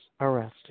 arrested